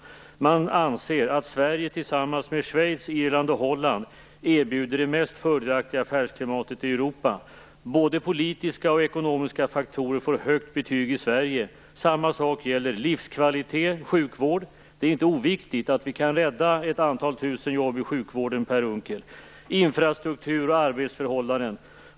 Man anser att Sverige tillsammans med Schweiz, Irland och Holland erbjuder det mest fördelaktiga affärsklimatet i Europa. Både politiska och ekonomiska faktorer får högt betyg i Sverige. Samma sak gäller livskvalitet, sjukvård - det är inte oviktigt att vi kan rädda ett antal tusen jobb i sjukvården, Per Unckel - infrastruktur och arbetsförhållanden.